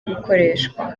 gukoreshwa